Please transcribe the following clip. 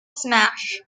smash